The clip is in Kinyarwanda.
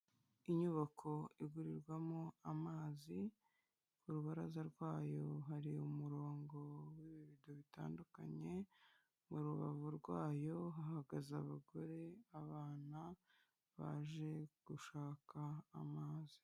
Inyubako igurirwamo amazi, ku rubaraza rwayo hari umurongo w'ibibido bitandukanye, mu rubavu rwayo hahagaze abagore, abana baje gushaka amazi.